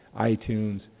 iTunes